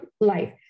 life